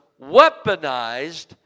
weaponized